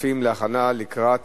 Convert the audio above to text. הכספים להכנה לקראת